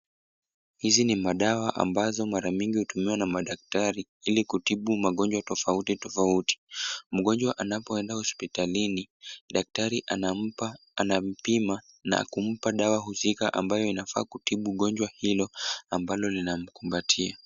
Hizi ni madawa ambazo mara nyingi hutumiwa na madaktari ili kutibu magonjwa tofautitofauti. Mgonjwa anapoenda hospitalini, daktari anampa anampima , anampa dawa husika inayoweza kutibu gonjwa hilo, ambalo lina mkumbatia.